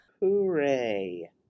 Hooray